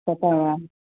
तथा